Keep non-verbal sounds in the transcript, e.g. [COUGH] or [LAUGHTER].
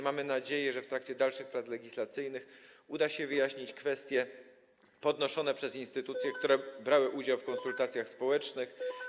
Mamy nadzieję, że w trakcie dalszych prac legislacyjnych uda się wyjaśnić kwestie poruszane przez instytucje, [NOISE] które brały udział w konsultacjach społecznych.